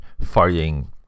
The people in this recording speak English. fighting